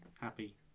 happy